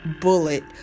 bullet